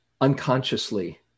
unconsciously